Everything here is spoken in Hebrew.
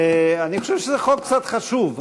אני חושב שזה חוק קצת חשוב,